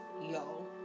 yo